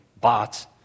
bots